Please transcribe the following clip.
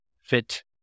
fit